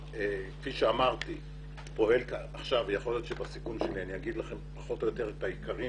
יכול להיות שבסיכום שלי אני אומר לכם פחות או יותר את העיקרים